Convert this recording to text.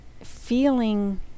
feeling